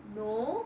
no